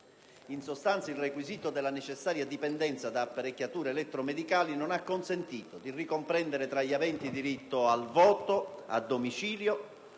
In sostanza, il requisito della necessaria dipendenza da apparecchiature elettromedicali non ha consentito di comprendere tra gli aventi diritto al voto a domicilio